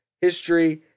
history